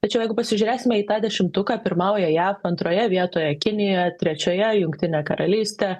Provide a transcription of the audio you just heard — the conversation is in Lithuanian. tačiau jeigu pasižiūrėsime į tą dešimtuką pirmauja jav antroje vietoje kinija trečioje jungtinė karalystė